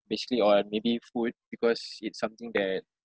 basically on maybe food because it's something that